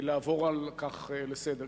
לעבור על כך לסדר-היום.